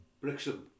Brixton